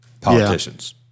politicians